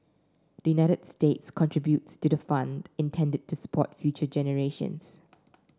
the United States contributes to the fund intended to support future generations